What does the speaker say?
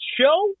show